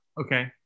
Okay